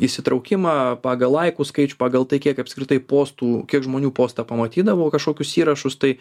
įsitraukimą pagal laikų skaičių pagal tai kiek apskritai postų kiek žmonių postą pamatydavo kažkokius įrašus tai